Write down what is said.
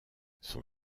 son